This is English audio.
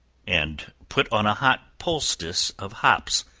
and put on a hot poultice of hops,